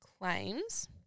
claims